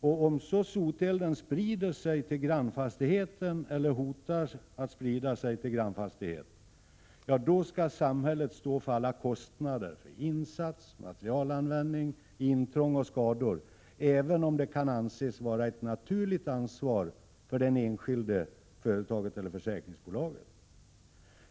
Om sotelden sedan sprider sig till grannfastigheten eller hotar att sprida sig dit skall samhället stå för alla kostnader — för insatser, materialanvändning, intrång och skador — även om det kan anses vara ett naturligt ansvar för den enskilde, företaget eller försäkringsbolaget.